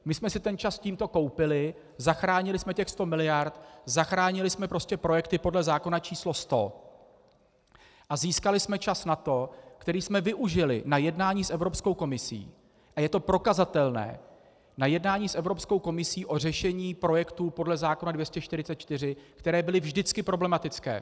My jsme si ten čas tímto koupili, zachránili jsme těch 100 mld., zachránili jsme projekty podle zákona číslo 100 a získali jsme čas na to, který jsme využili na jednání s Evropskou komisí, a je to prokazatelné, na jednání s Evropskou komisí o řešení projektů podle zákona 244, které byly vždycky problematické.